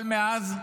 אבל מאז,